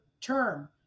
term